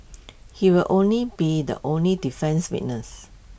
he will only be the only defence witness